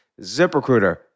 ZipRecruiter